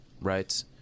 right